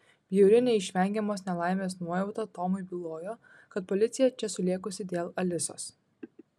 bjauri neišvengiamos nelaimės nuojauta tomui bylojo kad policija čia sulėkusi dėl alisos